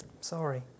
Sorry